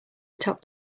atop